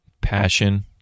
passion